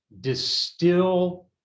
distill